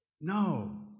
No